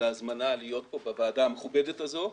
ההזמנה להיות כאן בוועדה המכובדת הזאת.